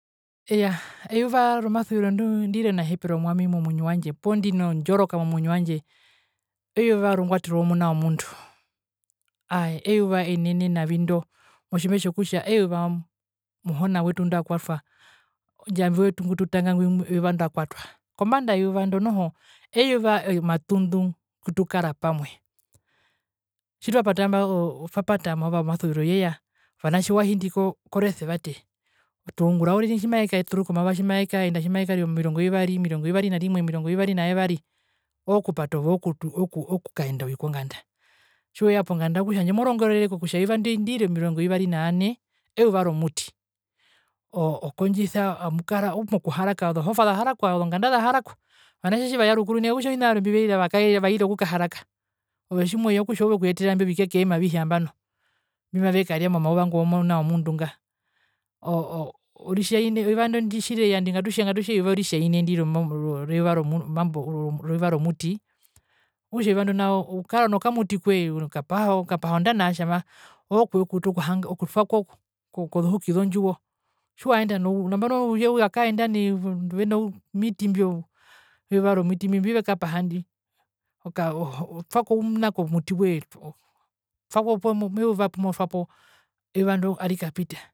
Iyaa eyuva romasuviro ndiri enahepero kwami momomwinyo wandje poo ndino ndjoroka momumwinyo wandje eyuva rongatero yomuna womundu, aaee eyuva enene navi ndo motjimbe tjokutja eyuva muhona wetu ndakwatwa ndjambi wetu ngututanga ngwi eyuva ndakwatwa, kombanda yeyuva ndo noho eyuva omatundu ngutukara pamwe tjitwapata mba twapata omayuva womasuviro yeya ovanatje wahindi ko koresevate tungura uriri tjimaekaturuka omayuva tjimaekarira omirongo vivari omirongo vivari narimwe omirongo vivari naevari ookupata ove oku okukaenda oi konganda tjiweya konganda okutja handje morongerere kokutja eyuva ndi ndiri omirongo vivari nayane eeuva romuti okondjisa amukara oomokuharaka ozohova zaharakwa ozonganda zaharakwa ovanatje tjivaya rukuru nai kakutja ovina vyarwe mbiveura vaira okukahara ove tjimoya okutja oove okuyeterera imbi ovikekeema avihe nambo mbimavekaria momauva nga womuna womundu nga oo oritjaine tjireya ndi ngatutje eyuva oritjaine ro ro reyuva romambo wo romambo rweyuva romuti eyuva ndo nao ukara nokamuti kwee okapaha ondana yatjama ookuyekuuta okuha okutwako kozohuki zondjiwo tjiwaenda no nambano ouye wakaenda nai ovandu veno miti mbio vyeyuva romuti ombivekapaha mbi okaa otwako ouna komuti wee otwako meuva kumotwako eyuva ndo arikapita.